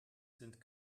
sind